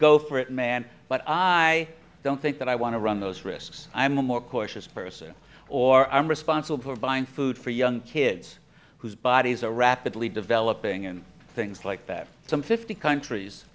go for it man but i don't think that i want to run those risks i'm a more cautious person or i'm responsible for buying food for young kids whose bodies are rapidly developing and things like that some fifty countries